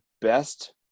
best